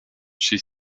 she